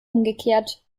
umgekehrt